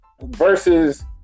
Versus